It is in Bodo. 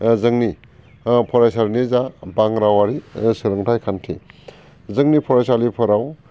जोंनि फरायसालिनि जा बां रावारि सुबुंथाइ खान्थि जोंनि फरायसालिफोराव